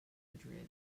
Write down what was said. madrid